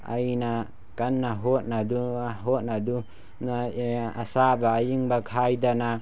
ꯑꯩꯅ ꯀꯟꯅ ꯍꯣꯠꯅꯗꯨꯅ ꯑꯁꯥꯕ ꯑꯌꯤꯡꯕ ꯈꯥꯏꯗꯅ